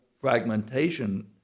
fragmentation